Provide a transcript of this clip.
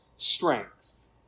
strength